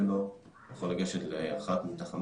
שלום לך אלון.